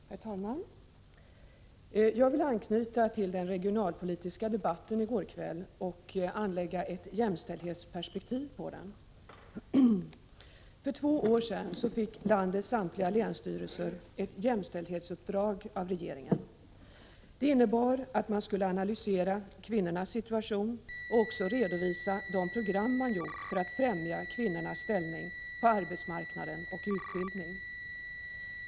Herr talman! Jag vill anknyta till den regionalpolitiska debatten i går kväll och anlägga ett jämställdhetsperspektiv på den. För två år sedan fick landets samtliga länsstyrelser ett jämställdhetsuppdrag av regeringen. Det innebar att man skulle analysera kvinnornas situation och också redovisa de program man gjort för att främja kvinnornas ställning på arbetsmarknaden och i utbildningen.